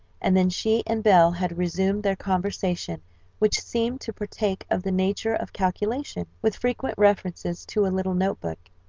and then she and belle had resumed their conversation which seemed to partake of the nature of calculation, with frequent references to a little notebook.